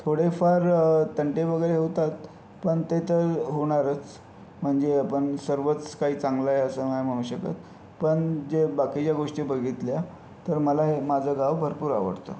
थोडे फार तंटे वगैरे होतात पण ते तर होणारच म्हणजे आपण सर्वच काही चांगलं आहे असं नाही म्हणू शकत पण जे बाकीच्या गोष्टी बघितल्या तर मला हे माझं गाव भरपूर आवडतं